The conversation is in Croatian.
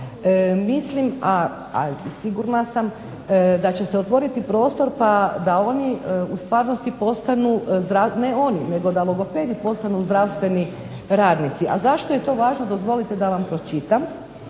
Mislim a sigurna sam da će se otvoriti prostor pa da oni u stvarnosti, ne oni, nego da logopedi postanu zdravstveni radnici, a zašto je to važno dopustiti da pročitam.